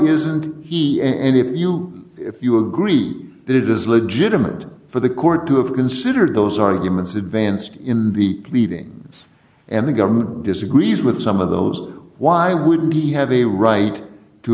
isn't he any of you if you agree that it is legitimate for the court to have considered those arguments advanced in the pleading and the government disagrees with some of those why wouldn't he have a right to